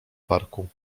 parku